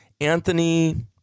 Anthony